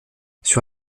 sur